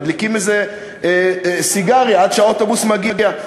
מדליקים איזה סיגריה עד שהאוטובוס מגיע.